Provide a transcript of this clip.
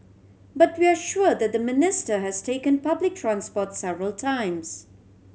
but we are sure that the Minister has taken public transport several times